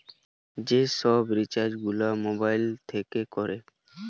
যে সব রিচার্জ গুলা মোবাইল থিকে কোরে